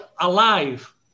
alive